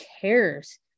cares